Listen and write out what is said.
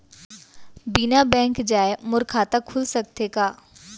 बिना बैंक जाए मोर खाता खुल सकथे का?